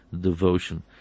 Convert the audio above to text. devotion